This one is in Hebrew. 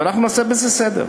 ואנחנו נעשה בזה סדר.